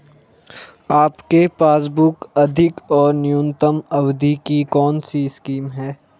आपके पासबुक अधिक और न्यूनतम अवधि की कौनसी स्कीम है?